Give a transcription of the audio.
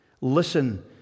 Listen